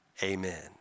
Amen